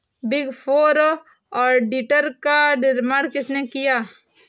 Big four auditor का निर्माण किसने किया?